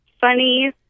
funny